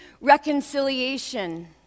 Reconciliation